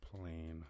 plane